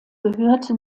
gehörte